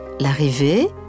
L'arrivée